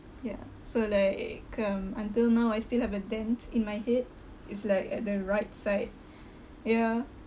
yeah so like um until now I still have a dent in my head is like at the right side yeah